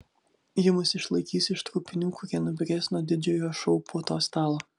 ji mus išlaikys iš trupinių kurie nubyrės nuo didžiojo šou puotos stalo